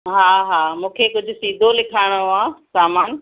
हा हा मूंखे कुझु सिधो लिखाइणो आहे सामान